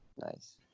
Nice